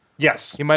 Yes